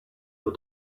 your